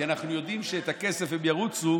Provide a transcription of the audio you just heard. כי אנחנו יודעים שאת הכסף הם ירוצו